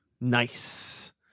Nice